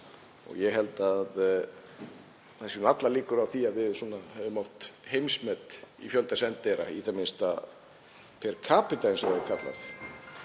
Ég held að það séu allar líkur á því að við höfum átt heimsmet í fjölda sendiherra, í það minnsta per capita, eins og það er kallað.